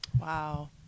Wow